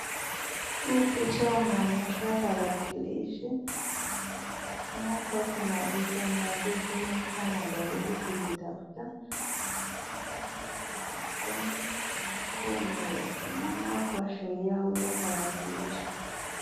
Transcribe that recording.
Huu picha unaonyesha tarakilishi na inaonekana kuwa kuna vitu ambavyo huyu mtu anajaribu kuzitafuta na hapo naona kuna mkono ambayo umesimama kuashiria anayeunda tarakilishi.